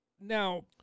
Now